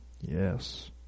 Yes